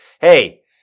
Hey